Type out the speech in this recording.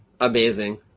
Amazing